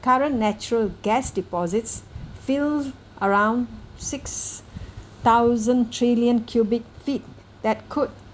current natural gas deposits fill around six thousand trillion cubic feet that could